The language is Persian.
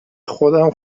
خودم